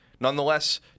Nonetheless